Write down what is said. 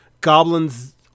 goblins